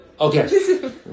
Okay